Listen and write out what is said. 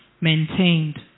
maintained